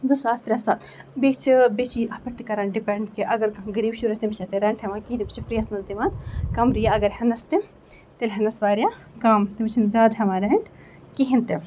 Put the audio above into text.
زٕ ساس ترٛےٚ ساس بیٚیہِ چھِ بیٚیہِ چھِ یہِ اَتھ پٮ۪ٹھ تہِ کران ڈِپینڈ کہِ اَگر کانٛہہ غریٖب شُر آسہِ تٔمِس چھِ نہٕ اَتھ پٮ۪ٹھ رینٹ ہیٚوان کِہیٖنۍ تِم چھِ فری یس منٛز دِوان کَمرٕ یا اَگر ہینَس تہِ تیٚلہِ ہینَس واریاہ کَم تٔمِس چھِنہٕ زیادٕ ہیٚوان رینٹ کِہیٖنی نہٕ